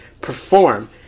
perform